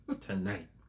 tonight